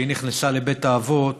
כשהיא נכנסה לבית אבות